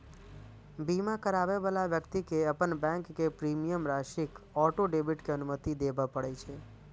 बीमा कराबै बला व्यक्ति कें अपन बैंक कें प्रीमियम राशिक ऑटो डेबिट के अनुमति देबय पड़ै छै